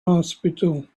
hospital